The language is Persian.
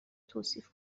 توصیف